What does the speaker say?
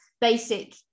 basic